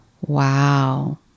Wow